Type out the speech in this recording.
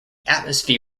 atmosphere